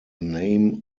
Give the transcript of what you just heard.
name